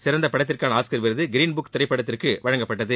சிறந்த படத்திற்கான ஆஸ்கார் விருது கிரீன் புக் திரைப்படத்திற்கு வழங்கப்பட்டது